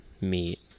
meet